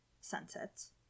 sunsets